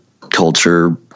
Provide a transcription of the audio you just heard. culture